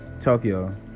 tokyo